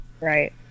Right